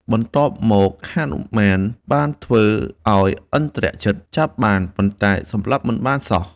បន្ទាប់មកហនុមាន បានធ្វើ ឱ្យឥន្ទ្រជិតចាប់បាន ប៉ុន្តែសម្លាប់មិនបានសោះ។